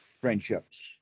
friendships